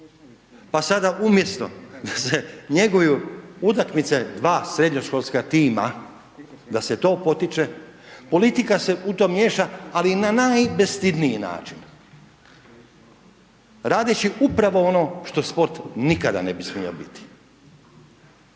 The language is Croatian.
Pa sada umjesto da se njeguju utakmice dva srednjoškolska tima, da se to potiče, politika se u to miješa ali na najbestidniji način radeći upravo ono što sport nikada ne bi smio biti.